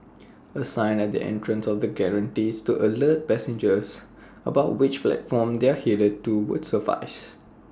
A sign at the entrance of the gantries to alert passengers about which platform they are headed to would suffice